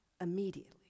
immediately